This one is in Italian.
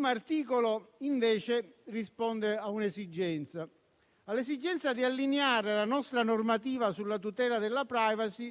L'articolo 1 invece risponde all'esigenza di allineare la nostra normativa sulla tutela della *privacy*